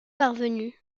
parvenue